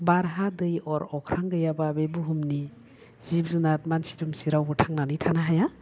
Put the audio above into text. बार हा दै अर अख्रां गैयाबा बे बुहुमनि जिब जुनार मानसि दुमसि रावबो थांनानै थानो हाया